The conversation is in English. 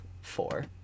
four